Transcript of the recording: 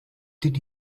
did